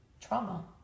trauma